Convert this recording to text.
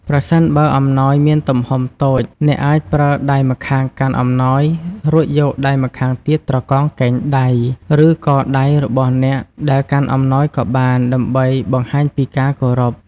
ប្រសិនបើអំណោយមានទំហំតូច អ្នកអាចប្រើដៃម្ខាងកាន់អំណោយ រួចយកដៃម្ខាងទៀតត្រកងកែងដៃ ឬកដៃរបស់អ្នកដែលកាន់អំណោយក៏បាន ដើម្បីបង្ហាញពីការគោរព។